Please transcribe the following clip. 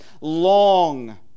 long